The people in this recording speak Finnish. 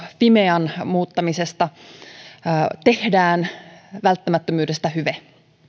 fimean muuttamisesta tehdään välttämättömyydestä hyve